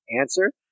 answer